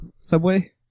Subway